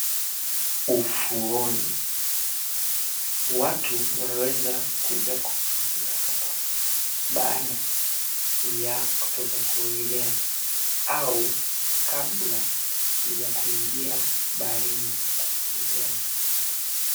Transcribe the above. Ufuoni, watu wanaweza kuja kupumzika hapa baada ya kutoka kuogelea au kabla ya kuingia baharini kuogelea.